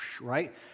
right